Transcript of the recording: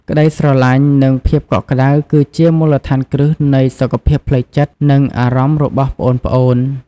ក្តីស្រឡាញ់ និងភាពកក់ក្តៅ គឺជាមូលដ្ឋានគ្រឹះនៃសុខភាពផ្លូវចិត្ត និងអារម្មណ៍របស់ប្អូនៗ។